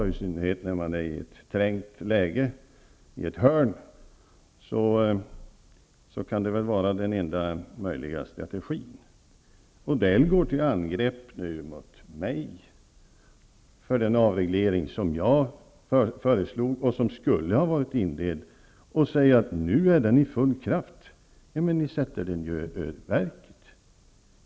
I synnerhet när man är i trängt läge, i ett hörn, kan det vara den enda möjliga strategin. Odell går till angrepp mot mig för den avreglering som jag föreslog och som skulle ha varit inledd och säger att nu är den i full kraft. Men ni sätter den ju ur spel!